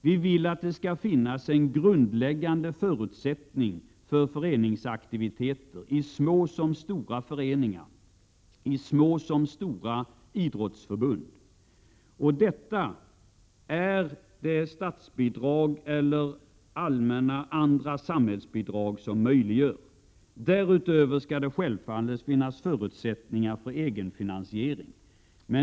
Vi vill att det skall finnas en grundläggande förutsättning för föreningsaktiviteter i små som stora föreningar, i små som stora idrottsförbund. Det är statsbidrag eller andra allmänna samhällsbidrag som möjliggör detta. Därutöver skall det självfallet finnas förutsättningar för egenfinansiering.